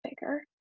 bigger